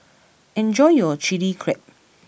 enjoy your Chili Crab